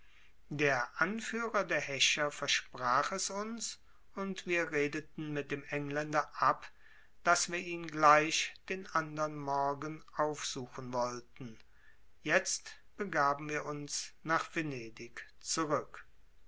der anführer der häscher versprach es uns und wir redeten mit dem engländer ab daß wir ihn gleich den andern morgen aufsuchen wollten jetzt begaben wir uns nach venedig zurück